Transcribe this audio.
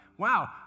Wow